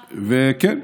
כן.